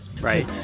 right